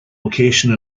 location